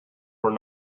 were